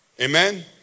Amen